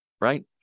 Right